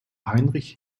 heinrich